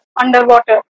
underwater